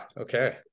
okay